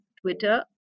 Twitter